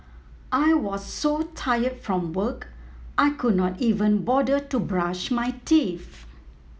I was so tired from work I could not even bother to brush my teeth